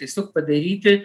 tiesiog padaryti